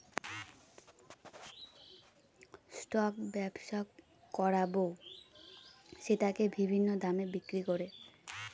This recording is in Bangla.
স্টক ব্যবসা করাবো সেটাকে বিভিন্ন দামে বিক্রি করে